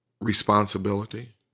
responsibility